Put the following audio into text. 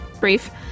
brief